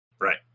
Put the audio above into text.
right